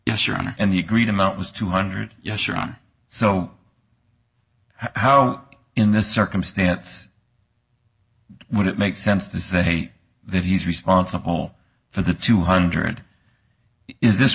yes your honor and the agreed amount was two hundred yes your own so how in this circumstance would it make sense to say that he's responsible for the two hundred is this